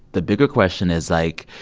the bigger question is, like,